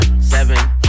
seven